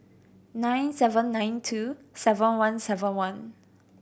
nine seven nine two seven one seven one